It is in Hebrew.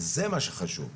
וזה מה שחשוב.